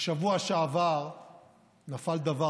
בשבוע שעבר נפל דבר